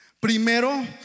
Primero